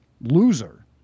loser